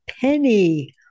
penny